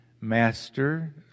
Master